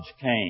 came